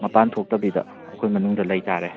ꯃꯄꯥꯟ ꯊꯣꯛꯇꯕꯤꯗ ꯑꯩꯈꯣꯏ ꯃꯅꯨꯡꯗ ꯂꯩꯇꯥꯔꯦ